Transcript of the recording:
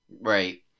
Right